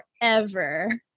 forever